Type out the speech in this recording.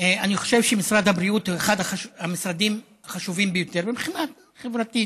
אני חושב שמשרד הבריאות הוא אחד המשרדים החשובים ביותר מבחינה חברתית.